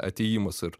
atėjimas ir